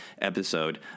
episode